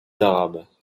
arabes